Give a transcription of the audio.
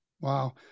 Wow